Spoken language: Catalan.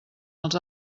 els